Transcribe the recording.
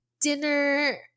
dinner